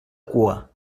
cua